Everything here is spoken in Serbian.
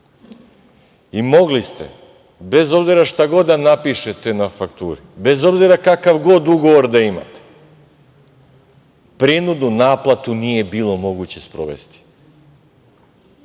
Mogli ste bez obzira šta god da napišete na fakturi, bez obzira kakav god ugovor da imate, prinudnu naplatu nije bilo moguće sprovesti.